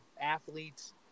athletes